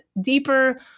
deeper